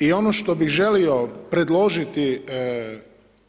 I ono što bih želio predložiti